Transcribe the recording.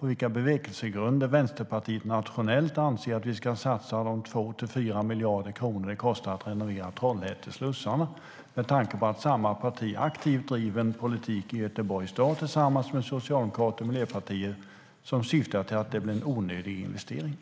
vilka bevekelsegrunder Vänsterpartiet nationellt har till att vi ska satsa de 2-4 miljarder kronor som det kostar att renovera Trollhätteslussarna med tanke på att samma parti tillsammans med Socialdemokraterna och Miljöpartiet aktivt driver en politik i Göteborgs stad som innebär att det blir en onödig investering.